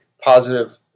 positive